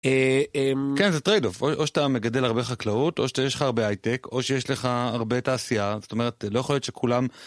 כן, זה טריידוף, או שאתה מגדל הרבה חקלאות, או שיש לך הרבה הייטק, או שיש לך הרבה תעשייה, זאת אומרת, לא יכול להיות שכולם...